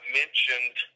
mentioned